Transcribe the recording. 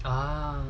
um